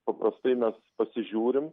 paprastai mes pasižiūrim